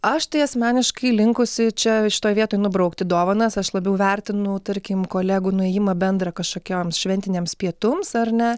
aš tai asmeniškai linkusi čia šitoj vietoj nubraukti dovanas aš labiau vertinu tarkim kolegų nuėjimą bendrą kažkokioms šventinėms pietums ar ne